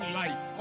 light